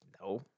no